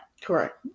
Correct